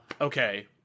okay